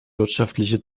wirtschaftliche